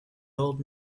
old